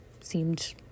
seemed